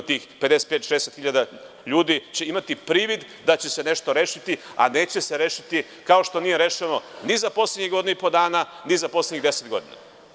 Ti ljudi će imati privid da će se nešto rešiti, a neće se rešiti, kao što nije rešeno ni za poslednjih godinu i po dana, ni za poslednjih deset godina.